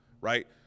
right